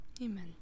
amen